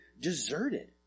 deserted